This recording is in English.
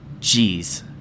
Jeez